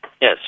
Yes